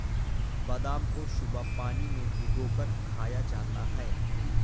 बादाम को सुबह पानी में भिगोकर खाया जाता है